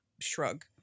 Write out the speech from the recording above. Shrug